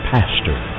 Pastor